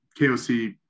KOC